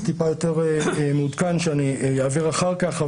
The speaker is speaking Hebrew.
מעט יותר מעודכן שאעביר אותו אחר כך.